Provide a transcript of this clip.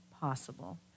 possible